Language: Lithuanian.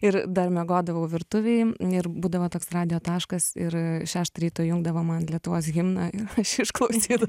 ir dar miegodavau virtuvėj ir būdavo toks radijo taškas ir šeštą ryto įjungdavo man lietuvos himną i aš išklausydavau